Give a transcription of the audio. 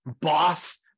boss